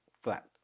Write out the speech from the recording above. flat